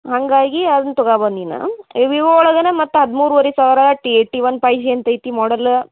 ಹಂಗಾಗಿ ಅದುನ್ನ ತೊಗಬೋದು ನೀನು ಈ ವಿವೊ ಒಳಗನೆ ಮತ್ತೆ ಹದಿಮೂರುವರೆ ಸಾವಿರ T eighty one five G ಅಂತ ಐತಿ ಮಾಡಲ್